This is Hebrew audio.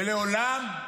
ולעולם,